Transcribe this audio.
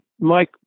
Mike